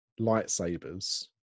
lightsabers